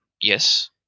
Yes